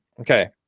Okay